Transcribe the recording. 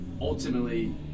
ultimately